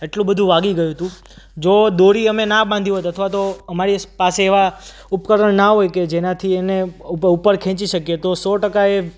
એટલું બધું વાગી ગયું હતુ જો દોરી અમે ના બાંધી હોત અથવા તો અમારી પાસે એવાં ઉપકરણો ના હોત કે જેનાથી એને ઉપર ખેંચી શકીએ તો સો ટકા એ